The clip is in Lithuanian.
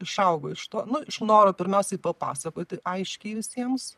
išaugo iš to nu iš noro pirmiausiai papasakoti aiškiai visiems